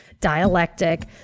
dialectic